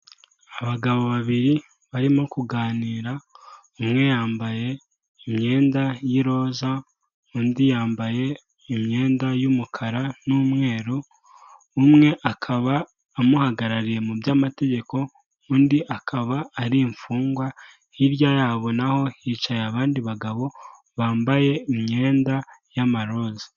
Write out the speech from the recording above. Abagabo babiri barimo kuganira umwe yambaye imyenda y'iroza undi yambaye imyenda y'umukara n'umweru, umwe akaba amuhagarariye mu by'amategeko undi akaba ari imfungwa; hirya yabo na ho hicaye abandi bagabo bambaye imyenda y'amaroza.